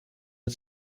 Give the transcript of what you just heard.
wir